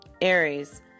Aries